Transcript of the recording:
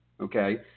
okay